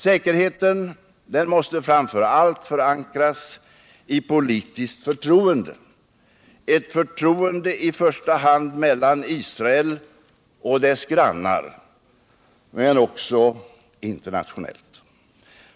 Säkerheten måste framför allt förankras i politiskt förtroende, ett förtroende i första hand mellan Israel och dess grannar, men också internationellt.